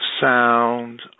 sound